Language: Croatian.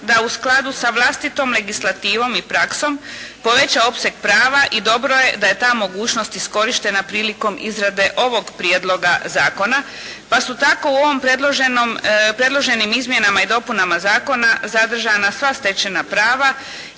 da u skladu sa vlastitom legislativom i praksom poveća opseg prava i dobro je da je ta mogućnost iskorištena prilikom izrade ovog Prijedloga zakona, pa su tako u ovom predloženom, predloženim izmjenama i dopunama zakona zadržana sva stečena prava